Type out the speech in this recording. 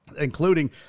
including